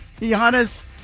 Giannis